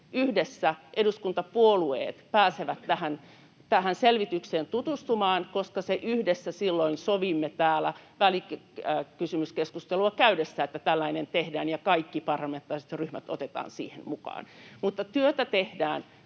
että eduskuntapuolueet pääsevät myös yhdessä tähän selvitykseen tutustumaan, koska yhdessä silloin sovimme täällä välikysymyskeskustelua käydessämme, että tällainen tehdään ja kaikki parlamentaariset ryhmät otetaan siihen mukaan. Mutta työtä tehdään